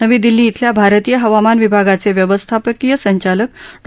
नवी दिल्ली इथल्या भारतीय हवामान विभागाचे व्यवस्थापकीय संचालक डॉ